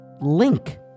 link